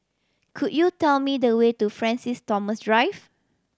could you tell me the way to Francis Thomas Drive